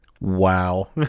Wow